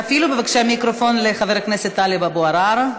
תפעילו בבקשה מיקרופון לחבר הכנסת טלב אבו עראר.